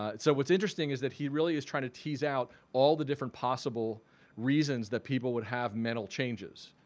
ah so what's interesting is that he really is trying to tease out all the different possible reasons that people would have mental changes.